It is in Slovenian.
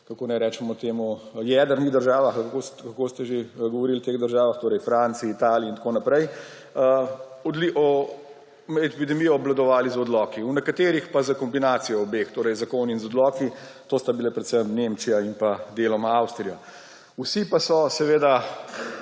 kako naj rečemo temu, jedrnih državah ali kako ste že govorili o teh državah, torej Franciji, Italiji in tako naprej, med epidemijo obvladovali z odloki, v nekaterih pa z kombinacijo obeh, torej z zakoni in z odloki, to sta bili predvsem Nemčija in deloma Avstrija. Vsi pa so seveda